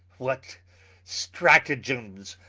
what stratagems?